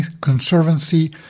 Conservancy